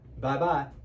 Bye-bye